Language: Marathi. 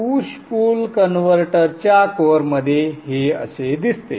पुश पुल कन्व्हर्टरच्या कोअरमध्ये हे असे दिसते